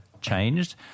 changed